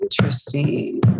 Interesting